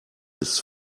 ist